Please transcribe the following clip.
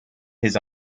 his